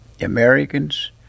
Americans